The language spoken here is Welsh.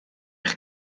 eich